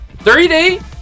3D